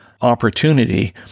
opportunity